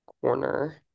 corner